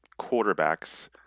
quarterbacks